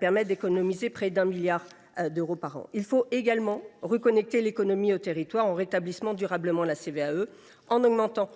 permettre d’économiser près de 1 milliard d’euros par an. Il faut également reconnecter l’économie aux territoires en rétablissant durablement la CVAE, en augmentant